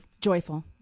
joyful